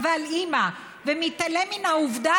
חיה ונושמת,